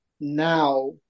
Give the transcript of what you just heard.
now